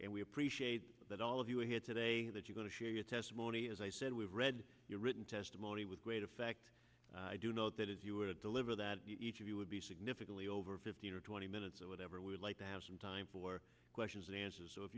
and we appreciate that all of you are here today that you go to share your testimony as i said we read your written testimony with great effect i do know that if you were to deliver that each of you would be significantly over fifteen or twenty minutes or whatever we like to have some time for questions and answers so if